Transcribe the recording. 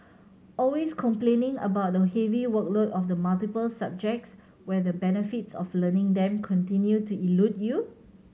always complaining about the heavy workload of the multiple subjects where the benefits of learning them continue to elude you